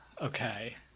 okay